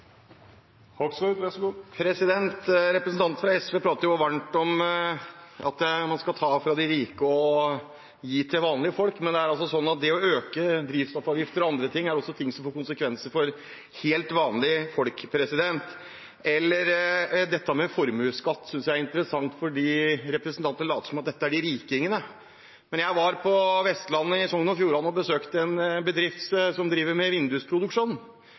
Representanten fra SV prater varmt om at man skal ta fra de rike og gi til vanlige folk, men det å øke drivstoffavgifter og andre ting er også noe som får konsekvenser for helt vanlige folk. Dette med formuesskatt synes jeg er interessant, for representanten later som om dette gjelder rikingene. Jeg var på Vestlandet, i Sogn og Fjordane, og besøkte en bedrift som driver med vindusproduksjon.